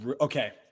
okay